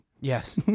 Yes